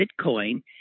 Bitcoin